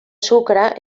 sucre